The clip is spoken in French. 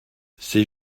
c’est